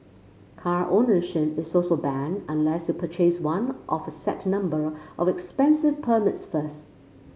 car ownership is also banned unless you purchase one of a set number of expensive permits first